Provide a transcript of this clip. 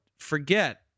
forget